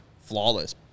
flawless